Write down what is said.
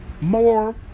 more